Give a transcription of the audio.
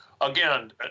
again